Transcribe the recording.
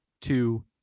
two